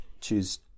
choose